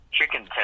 Chicken